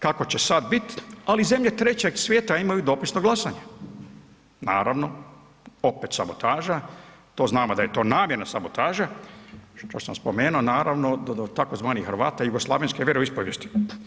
Kako će sad bit, ali zemlje trećeg svijeta imaju dopisno glasanje, naravno opet sabotaža, to znamo da je to namjerna sabotaža što sam spomenuo naravno da od tzv. Hrvata jugoslavenske vjeroispovijesti.